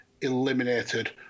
eliminated